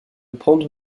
prendre